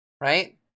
Right